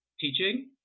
teaching